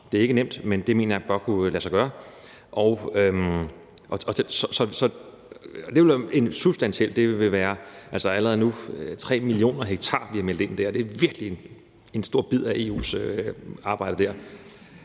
Det er ikke nemt, men det mener jeg bør kunne lade sig gøre. Substantielt er det allerede nu 3 mio. ha, vi har meldt ind der – det er virkelig en stor bid af EU's målsætning.